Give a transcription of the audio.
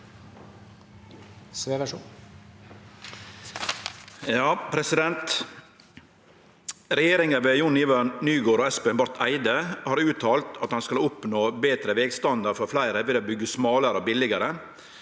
«Regjeringa ved Jon-Ivar Nygård og Espen Barth Eide har uttalt at ein skal oppnå betre vegstandard for fleire ved å bygge smalare og billigare.